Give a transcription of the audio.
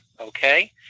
Okay